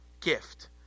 gift